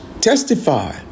testify